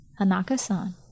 Hanaka-san